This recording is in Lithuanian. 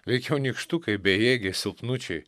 veikiau nykštukai bejėgiai silpnučiai